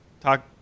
talk